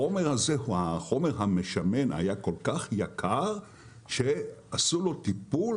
החומר המשמן היה כל כך יקר שעשו לו טיפול.